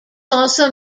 also